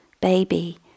baby